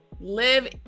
Live